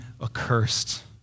accursed